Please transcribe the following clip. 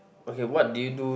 okay what did you do